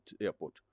airport